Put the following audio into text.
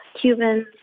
Cubans